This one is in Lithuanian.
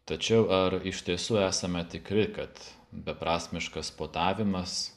tačiau ar iš tiesų esame tikri kad beprasmiškas puotavimas